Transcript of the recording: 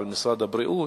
על משרד הבריאות,